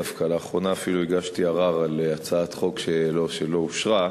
דווקא לאחרונה אפילו הגשתי ערר על הצעת חוק שלא אושרה,